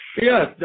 Yes